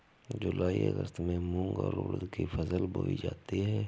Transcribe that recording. जूलाई अगस्त में मूंग और उर्द की फसल बोई जाती है